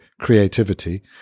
creativity